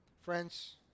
Friends